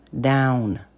down